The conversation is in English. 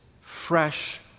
fresh